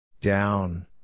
Down